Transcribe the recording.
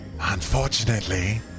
Unfortunately